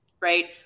right